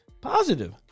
positive